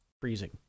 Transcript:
freezing